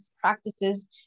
practices